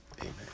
Amen